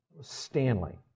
Stanley